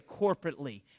corporately